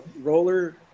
roller